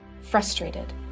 frustrated